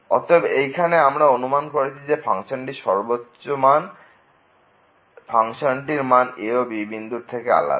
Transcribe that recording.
অতএব এইখানে আমরা অনুমান করছি যে ফাংশনটির সর্বোচ্চ মান ফাংশনটির মান a ও b বিন্দুর থেকে আলাদা